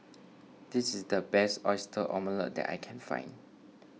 this is the best Oyster Omelette that I can find